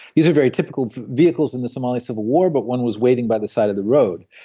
these are very typical vehicles in the somalia civil war, but one was waiting by the side of the road,